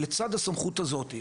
לצד הסמכות הזאת.